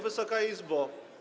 Wysoka Izbo!